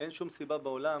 אין שום סיבה בעולם,